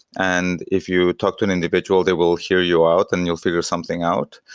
and if you talk to an individual, they will hear you out and you'll figure something out.